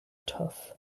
tough